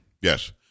Yes